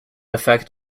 effect